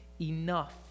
Enough